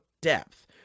depth